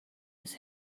was